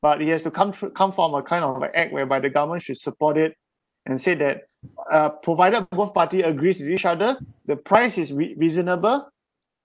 but it has to come thro~ come from a kind of act whereby the government should support it and said that uh provided both party agrees with each other the price is re~ reasonable